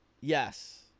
Yes